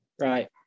right